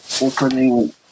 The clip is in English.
opening